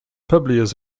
publius